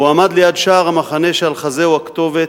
והועמד ליד שער המחנה כשעל חזהו הכתובת: